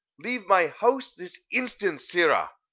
leave my house this instant, sirrah,